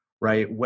right